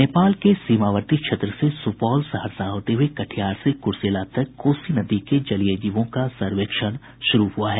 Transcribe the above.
नेपाल के सीमावर्ती क्षेत्र से सुपौल सहरसा होते हुए कटिहार से कुर्सेला तक कोसी नदी के जलीय जीवों का सर्वेक्षण शुरू हुआ है